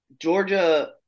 Georgia